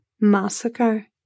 massacre